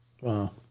Wow